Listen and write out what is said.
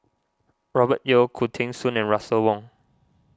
Robert Yeo Khoo Teng Soon and Russel Wong